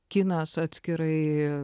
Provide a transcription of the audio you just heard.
kinas atskirai